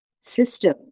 system